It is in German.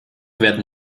werden